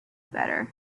better